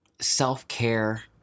self-care